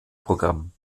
programm